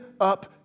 up